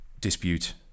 dispute